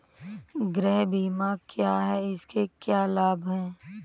गृह बीमा क्या है इसके क्या लाभ हैं?